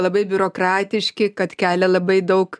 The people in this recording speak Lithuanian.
labai biurokratiški kad kelia labai daug